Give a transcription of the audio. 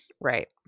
right